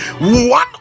one